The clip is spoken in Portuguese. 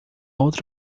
outra